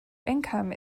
income